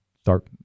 start